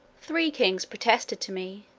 three kings protested to me,